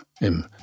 im